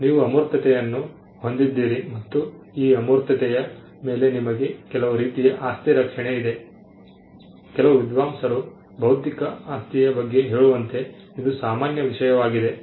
ನೀವು ಅಮೂರ್ತತೆಯನ್ನು ಹೊಂದಿದ್ದೀರಿ ಮತ್ತು ಈ ಅಮೂರ್ತತೆಯ ಮೇಲೆ ನಿಮಗೆ ಕೆಲವು ರೀತಿಯ ಆಸ್ತಿ ರಕ್ಷಣೆ ಇದೆ ಕೆಲವು ವಿದ್ವಾಂಸರು ಬೌದ್ಧಿಕ ಆಸ್ತಿಯ ಬಗ್ಗೆ ಹೇಳುವಂತೆ ಇದು ಸಾಮಾನ್ಯ ವಿಷಯವಾಗಿದೆ